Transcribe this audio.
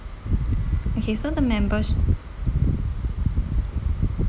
okay so the membership